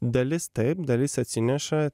dalis taip dalis atsineša